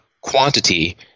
quantity